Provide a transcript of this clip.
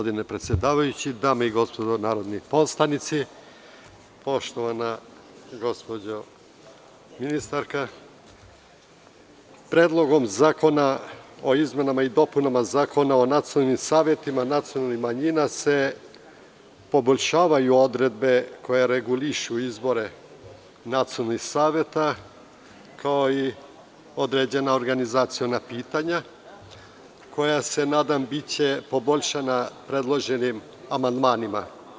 Dame i gospodo narodni poslanici, poštovana gospođo ministarka, Predlogom zakona o izmenama i dopunama Zakona o nacionalnim savetima nacionalnih manjina se poboljšavaju odredbe koje regulišu izbor nacionalnih saveta, kao i određena organizaciona pitanja koja će biti poboljšana predloženim amandmanima.